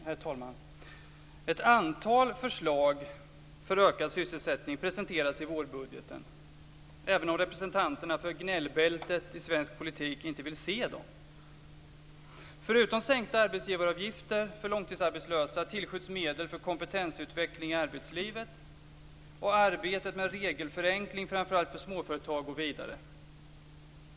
Herr talman! Ett antal förslag för ökad sysselsättning presenterades i vårbudgeten, även om representanterna för gnällbältet i svensk politik inte vill se dem. Förutom sänkta arbetsgivaravgifter för långtidsarbetslösa tillskjuts medel för kompetensutveckling i arbetslivet, och arbetet med regelförenklingar framför allt för småföretag går vidare.